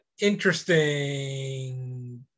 Interesting